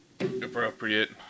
appropriate